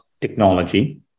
technology